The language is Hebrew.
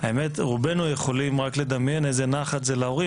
האמת רובנו יכולים רק לדמיין איזה נחת זה להורים,